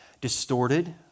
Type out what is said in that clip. distorted